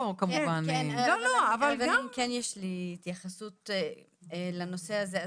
יש לי התייחסות לנושא הזה.